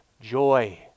joy